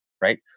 right